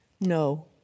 no